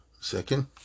second